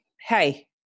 Hey